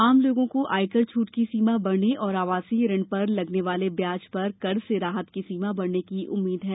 आम लोगों को आयकर छूट की सीमा बढ़ने और आवासीय ऋण पर लगने वाले ब्याज पर कर से राहत की सीमा बढ़ने की उम्मीद है